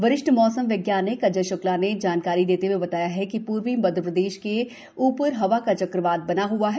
वरिष्ठ मौसम वैज्ञानिक अजय श्क्ला ने जानकारी देते हुए बताया कि पूर्वी मध्य प्रदेश के ऊपर हवा का चक्रवात बना हुआ है